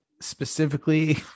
specifically